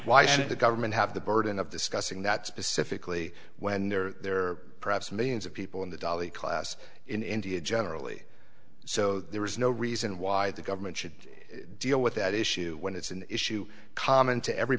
why should the government have the burden of discussing that specifically when they're perhaps millions of people in the dolly class in india generally so there is no reason why the government should deal with that issue when it's an issue common to every